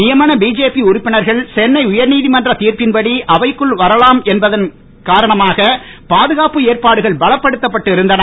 நியமன பிஜேபி உறுப்பினர்கள் சென்னை உயர்நீதிமன்ற தீர்ப்பின்படி அவைக்குள் வரலாம் என்பதன் காரணமாக பாதுகாப்பு ஏற்பாடுகள் பலப்படுத்தப்பட்டு இருந்தன